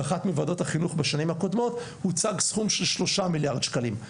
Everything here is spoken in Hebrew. באחת מוועדות החינוך בשנים הקודמות הוצג סכום של 3 מיליארד שקלים.